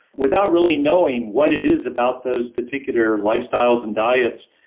without really knowing what it is about those particular lifestyles and diets,